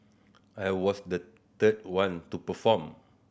I was the third one to perform